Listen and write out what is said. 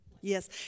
Yes